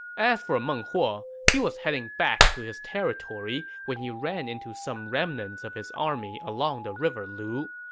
as for meng huo, he was heading back to his territory when he ran into some remnants of his army along the river lu,